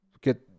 get